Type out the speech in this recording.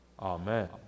Amen